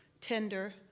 tender